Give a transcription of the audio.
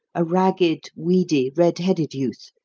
a ragged, weedy, red-headed youth,